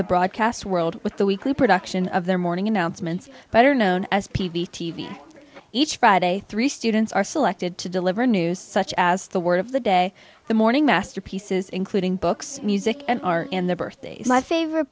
the broadcast world with the weekly production of their morning announcements better known as p v t v each friday three students are selected to deliver news such as the word of the day the morning masterpieces including books music and art and the